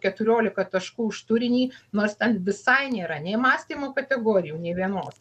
keturiolika taškų už turinį nors ten visai nėra nei mąstymo kategorijų nei vienos